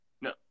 No